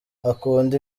akunda